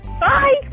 Bye